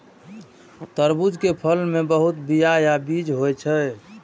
तरबूज के फल मे बहुत बीया या बीज होइ छै